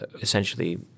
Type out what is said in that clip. essentially